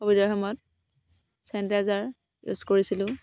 কভিডৰ সময়ত sanitiser use কৰিছিলোঁ